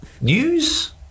news